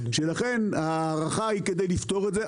ולכן ההארכה היא כדי לפתור את זה.